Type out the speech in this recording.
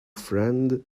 friend